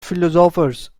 philosophers